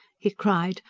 he cried,